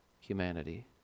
humanity